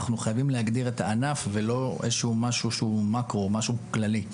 אנחנו מחויבים להגדיר את הענף ולא משהו שהוא מקרו או משהו כללי,